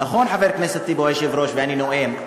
נכון, חבר הכנסת טיבי הוא היושב-ראש ואני הנואם,